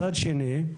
מצד שני,